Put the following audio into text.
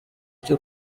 cyo